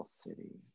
City